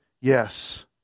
yes